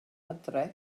adre